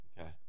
Okay